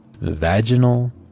Vaginal